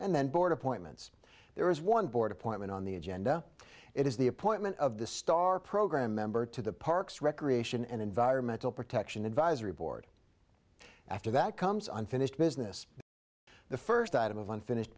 and then board appointments there is one board appointment on the agenda it is the appointment of the star program member to the parks recreation and environmental protection advisory board after that comes unfinished business the first item of unfinished